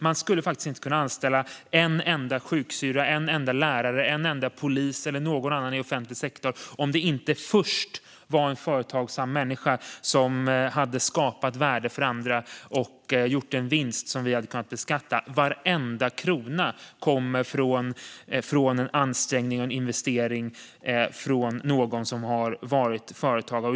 Man skulle inte kunna anställa en enda sjuksyrra, lärare, polis eller någon annan i offentlig sektor om inte en företagsam människa först hade skapat värde för andra och gjort en vinst som vi kunde beskatta. Varenda krona kommer från en ansträngning och en investering av någon som har varit företagare.